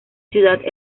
ciudad